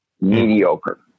Mediocre